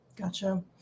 Gotcha